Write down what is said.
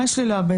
מה יש לי לאבד,